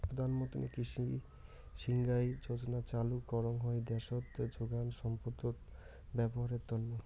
প্রধান মন্ত্রী কৃষি সিঞ্চাই যোজনা চালু করঙ হই দ্যাশোত যোগান সম্পদত ব্যবহারের তন্ন